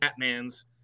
batmans